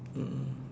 mm